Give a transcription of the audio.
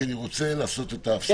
כי אני רוצה לעשות את ההפסקה בבקשה.